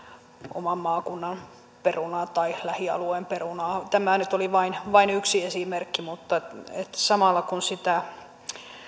oman maakunnan perunaa tai lähialueen perunaa tämä nyt oli vain vain yksi esimerkki mutta samalla kun sitä